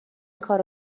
کارو